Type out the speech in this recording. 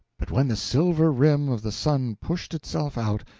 but when the silver rim of the sun pushed itself out,